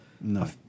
No